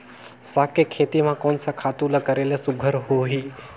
साग के खेती म कोन स खातु ल करेले सुघ्घर होही?